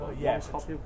yes